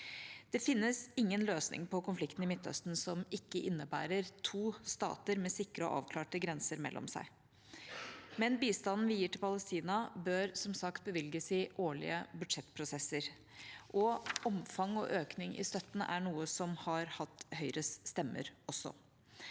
Det finnes ingen løsning på konflikten i Midtøsten som ikke innebærer to stater med sikre og avklarte grenser mellom seg. Bistanden vi gir til Palestina, bør som sagt bevilges i årlige budsjettprosesser. Omfang og økning i støtten er også noe som har hatt Høyres stemmer.